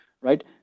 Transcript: right